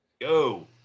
Go